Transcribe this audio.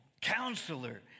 Counselor